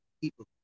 people